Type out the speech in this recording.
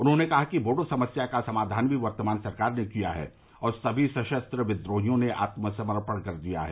उन्होंने कहा कि बोडो समस्या का समाधान भी वर्तमान सरकार ने किया है और सभी सशस्त्र विद्रोहियों ने आत्मसमर्पण कर दिया है